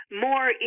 more